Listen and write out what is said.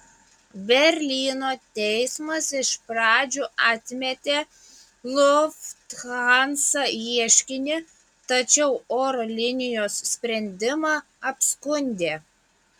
berlyno teismas iš pradžių atmetė lufthansa ieškinį tačiau oro linijos sprendimą apskundė